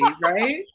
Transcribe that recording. right